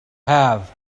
have